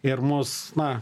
ir mus na